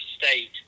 state